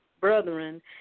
brethren